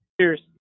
Cheers